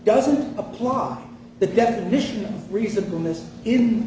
doesn't apply the definition reasonable